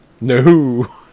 No